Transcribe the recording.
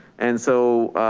and so,